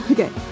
Okay